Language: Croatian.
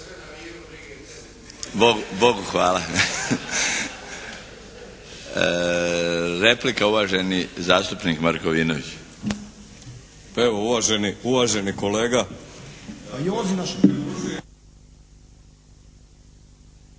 Bogu hvala. Replika uvaženi zastupnik Markovinović. **Markovinović,